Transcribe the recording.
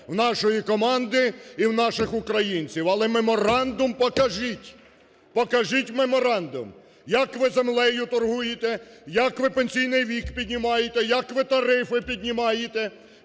у нашої команди і в наших українців. Але меморандум покажіть, покажіть меморандум, як ви землею торгуєте, як ви пенсійний вік піднімаєте, як ви тарифи піднімаєте?